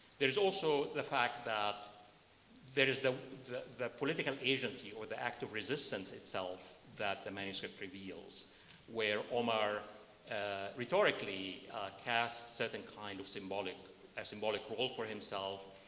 there is also the fact that there is the the political agency or the act of resistance itself that the manuscript reveals where omar rhetorically casts certain kind of symbolic of symbolic role for himself.